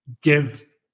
give